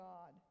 God